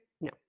no